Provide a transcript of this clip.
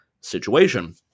situation